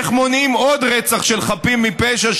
איך מונעים עוד רצח של חפים מפשע,